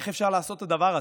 איך אפשר לעשות את הדבר הזה?